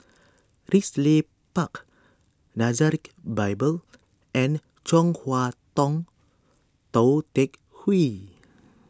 Ridley Park Nazareth Bible and Chong Hua Tong Tou Teck Hwee